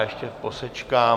Ještě posečkám.